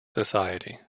society